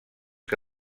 que